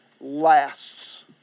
lasts